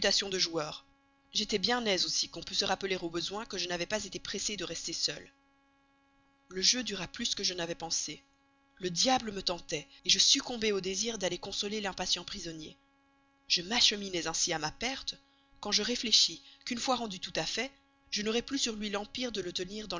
de joueur j'étais bien aise aussi qu'on pût se rappeler au besoin que je n'avais pas été pressée de rester seule le jeu dura plus que je n'avais pensé le diable me tentait je succombai au désir d'aller consoler l'impatient prisonnier je m'acheminais ainsi à ma perte quand je réfléchis qu'une fois rendue tout à fait je n'aurais plus sur lui l'empire de le tenir